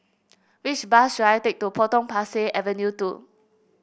which bus should I take to Potong Pasir Avenue two